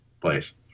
place